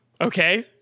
okay